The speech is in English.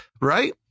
right